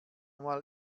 mal